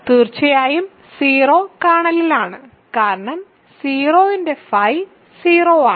തീർച്ചയായും 0 കേർണലിലാണ് കാരണം 0 ന്റെ phi 0 ആണ്